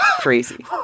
Crazy